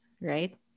right